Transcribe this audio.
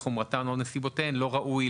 חומרתן או נסיבותיהן לא ראוי,